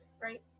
right